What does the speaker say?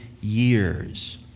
years